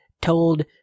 told